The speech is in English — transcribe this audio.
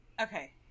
Okay